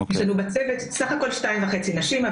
יש לנו בצוות סך הכול שתיים וחצי נשים,